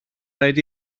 rhaid